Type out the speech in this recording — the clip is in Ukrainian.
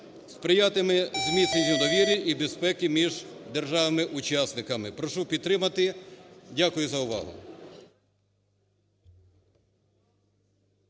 сприятиме зміцненню довіри і безпеки між державами-учасниками. Прошу підтримати. Дякую за увагу.